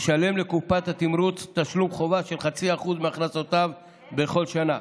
ישלם לקופת התמרוץ תשלום חובה של 0.5% מהכנסותיו בכל שנה.